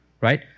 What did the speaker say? right